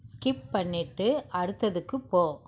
skip பண்ணிவிட்டு அடுத்ததுக்கு போ